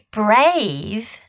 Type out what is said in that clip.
brave